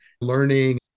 learning